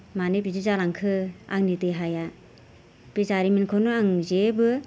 मानो बिदि जालांखो आंनि देहाया बे जारिमिनखौनो आं जेबो